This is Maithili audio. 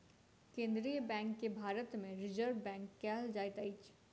केन्द्रीय बैंक के भारत मे रिजर्व बैंक कहल जाइत अछि